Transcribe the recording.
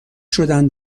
شدن